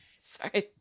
Sorry